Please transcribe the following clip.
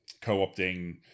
co-opting